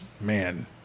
Man